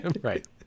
right